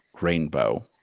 rainbow